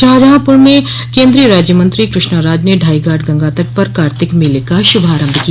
शाहजहांपूर में केन्द्रीय राज्यमंत्री कृष्णा राज ने ढ़ाईघाट गंगा तट पर कार्तिक मेले का शुभारम्भ किया